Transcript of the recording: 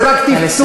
זה רק טפטוף,